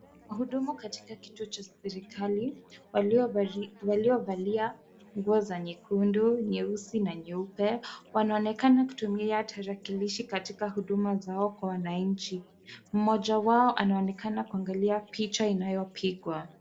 Wahudumu katika kituo cha hospitali waliovalia nguo za nyekundu, nyeusi na nyeupe wanaonekana kutumia tarakilishi katika huduma zao kwa wananchi. mmoja wao anaonekana kuangalia picha inayopigwa.